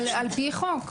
על פי חוק.